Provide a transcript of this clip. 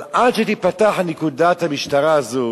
אבל עד שתיפתח נקודת המשטרה הזאת,